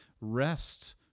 rest